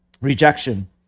Rejection